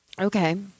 Okay